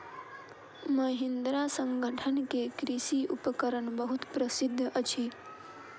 महिंद्रा संगठन के कृषि उपकरण बहुत प्रसिद्ध अछि